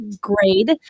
grade